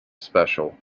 special